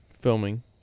Filming